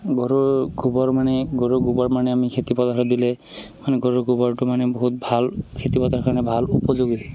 গৰুৰ গোবৰ মানে গৰু গোবৰ মানে আমি খেতি পথাৰত দিলে মানে গৰু গোবৰটো মানে বহুত ভাল খেতিপথাৰৰ কাৰণে ভাল উপযোগী